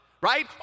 right